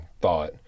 thought